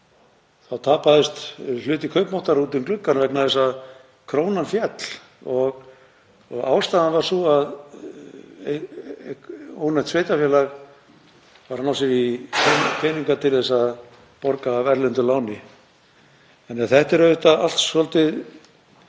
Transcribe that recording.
þá tapaðist hluti kaupmáttar út um gluggann vegna þess að krónan féll. Ástæðan var sú að ónefnt sveitarfélag var að ná sér í peninga til að borga af erlendu láni. Þetta er auðvitað allt svolítið